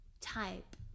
type